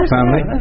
family